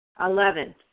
Eleven